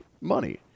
money